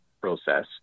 process